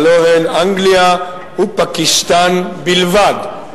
הלוא הן אנגליה ופקיסטן בלבד.